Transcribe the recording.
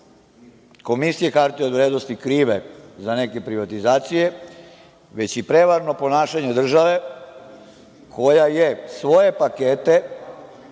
komisije za hartije od vrednosti krive za neke privatizacije, već i prevarno ponašanje države koja je svoje pakete